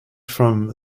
from